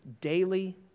daily